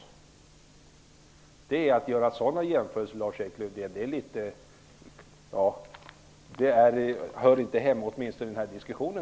Jag tycker inte att dessa jämförelser hör hemma i den här diskussionen.